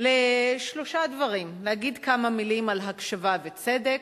לשלושה דברים: להגיד כמה מלים על הקשבה וצדק,